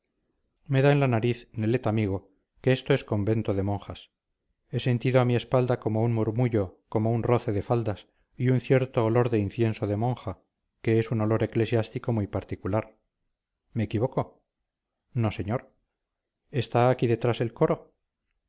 me da en la nariz nelet amigo que esto es convento de monjas he sentido a mi espalda como un murmullo como un roce de faldas y un cierto olor de incienso de monja que es un olor eclesiástico muy particular me equivoco no señor está aquí detrás el coro